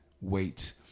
wait